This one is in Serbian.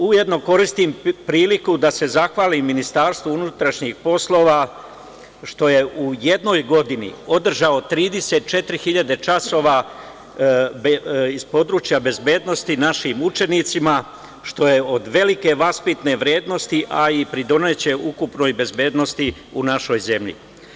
Ujedno koristim priliku da se zahvalim MUP što je u jednoj godini održao 34.000 časova iz područja bezbednosti našim učenicima, što je od velike vaspitne vrednosti, a i pridoneće ukupnoj bezbednosti u našoj zemlji.